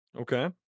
Okay